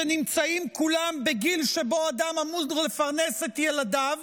שנמצאים כולם בגיל שבו אדם אמור כבר לפרנס את ילדיו,